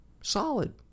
solid